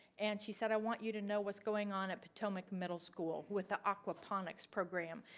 and she said i want you to know what's going on at potomac middle school with the aquaponics program.